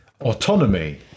autonomy